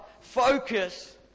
Focus